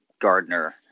Gardner